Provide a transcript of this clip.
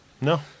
No